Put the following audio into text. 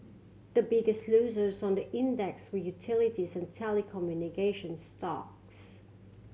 the biggest losers on the index were utilities and telecommunication stocks